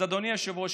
אז אדוני היושב-ראש,